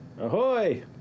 Ahoy